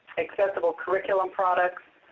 acceptable curriculum products.